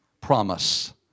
promise